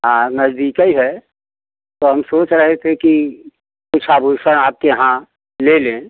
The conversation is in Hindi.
हाँ नजदीक ही है तो हम सोच रहे थे कि कुछ आभूषण आपके यहाँ ले लें